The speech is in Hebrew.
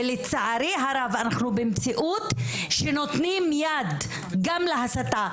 לצערי הרב אנחנו במציאות שנותנים יד גם להסתה,